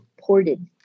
ported